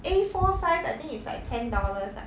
A four size I think it's like ten dollars ah